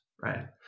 right